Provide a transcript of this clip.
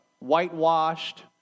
whitewashed